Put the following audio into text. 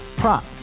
prop